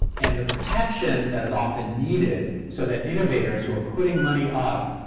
and the protection that is often needed so that innovators who are putting money up,